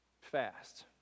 fast